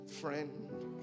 Friend